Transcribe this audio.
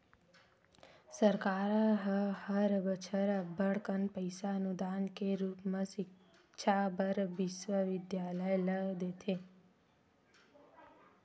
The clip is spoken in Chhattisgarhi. सरकार ह हर बछर अब्बड़ कन पइसा अनुदान के रुप म सिक्छा बर बिस्वबिद्यालय ल देथे